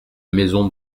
maison